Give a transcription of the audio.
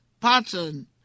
pattern